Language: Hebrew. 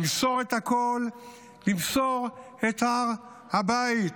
למסור את הר הבית